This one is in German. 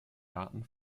daten